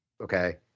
Okay